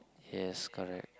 yes correct